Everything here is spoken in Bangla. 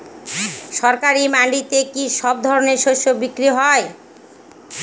সরকারি মান্ডিতে কি সব ধরনের শস্য বিক্রি হয়?